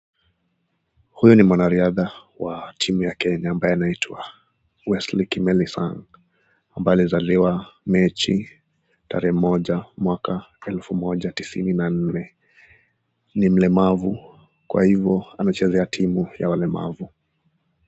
Huyu ni mwanariadha wa timu ya Kenya ambaye anaitwa Wesley Kimeli Sang ambaye alizaliwa Mechi tarehe moja mwaka elfu moja tisini na nne. Ni mlemavu kwa hivyo anachezea timu ya walemavu.